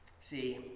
See